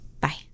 Bye